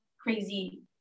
crazy